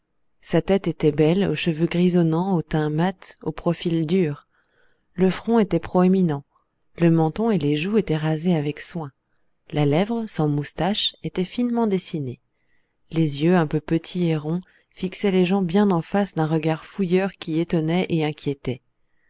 sa tête était belle aux cheveux grisonnants au teint mat au profil dur le front était proéminent le menton et les joues étaient rasés avec soin la lèvre sans moustache était finement dessinée les yeux un peu petits et ronds fixaient les gens bien en face d'un regard fouilleur qui étonnait et inquiétait